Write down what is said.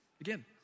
again